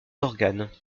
d’organes